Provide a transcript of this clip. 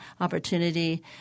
opportunity